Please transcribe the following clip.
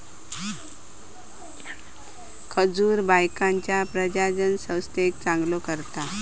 खजूर बायकांच्या प्रजननसंस्थेक चांगलो करता